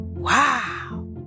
Wow